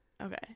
Okay